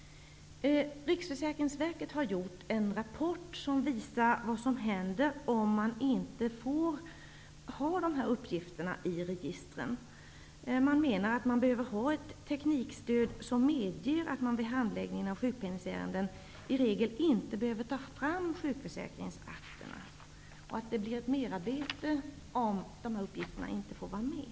Riksförsäkringsverket har gjort en rapport som visar vad som händer om man inte får ha dessa uppgifter i register. Verket menar att man behöver ha ett teknikstöd som medger att man vid handläggning av sjukpenningsärenden i regel inte behöver ta fram sjukförsäkringsakterna och att det blir ett merarbete om dessa uppgifter inte får vara med.